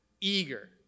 eager